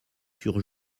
sur